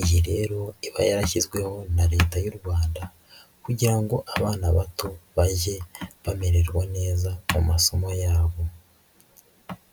iyi rero iba yarashyizweho na leta y'u Rwanda kugira ngo abana bato bajye bamererwa neza mu masomo yabo.